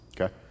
Okay